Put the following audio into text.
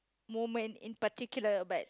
moment in particular but